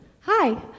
Hi